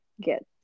get